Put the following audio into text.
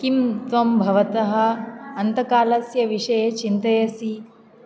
किं त्वं भवतः अन्तकालस्य विषये चिन्तयसि